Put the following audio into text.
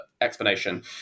explanation